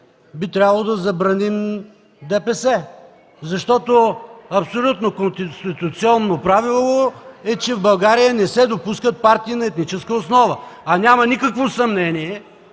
би трябвало да забраним ДПС, защото абсолютно конституционно правило е, че в България не се допускат партии на етническа основа, а няма никакво съмнение